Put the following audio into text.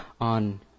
on